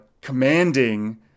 commanding